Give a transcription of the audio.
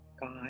God